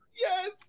Yes